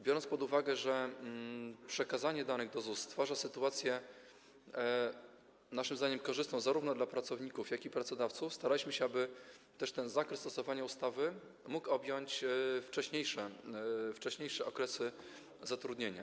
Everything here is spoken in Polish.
Biorąc pod uwagę, że przekazanie danych do ZUS stwarza sytuację naszym zdaniem korzystną zarówno dla pracowników, jak i pracodawców, staraliśmy się, aby też ten zakres stosowania ustawy mógł objąć wcześniejsze okresy zatrudnienia.